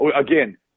Again